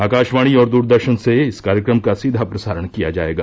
आकाशवाणी और द्रदर्शन से इस कार्यक्रम का सीघा प्रसारण किया जायेगा